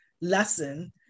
lesson